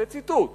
עוד ציטוט